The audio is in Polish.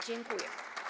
Dziękuję.